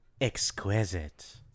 Exquisite